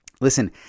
Listen